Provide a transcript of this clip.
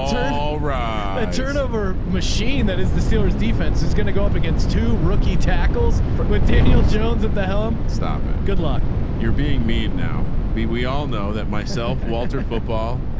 all right. turnover machine. that is the steelers. defense is going to go up against two rookie tackles, but daniel jones at the helm, stop it. good luck you're being mean now, be we all know that myself, walter football,